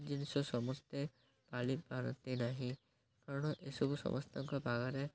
ଜିନିଷ ସମସ୍ତେ ପାଳି ପାରନ୍ତି ନାହିଁ କାରଣ ଏସବୁ ସମସ୍ତଙ୍କ ବାଗରେ